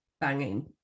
banging